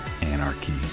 anarchy